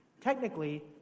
Technically